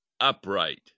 upright